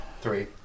Three